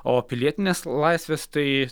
o pilietinės laisvės tai